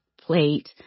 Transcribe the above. plate